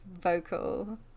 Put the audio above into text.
vocal